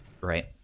Right